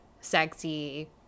sexy